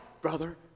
brother